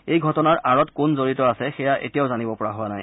এই ঘটনাৰ আঁৰত কোন জিড়ত আছে সেয়া এতিয়াও জানিব পৰা হোৱা নাই